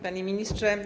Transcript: Panie Ministrze!